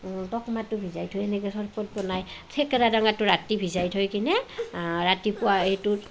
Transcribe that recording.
টোপ মাহটো এনেকৈ ভিজাই থৈ এনেকৈ চৰবত বনায় থেকেৰা টেঙাটো ৰাতি ভিজাই থৈ কিনে ৰাতিপুৱা এইটো